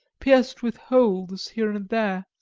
pierced with holes here and there.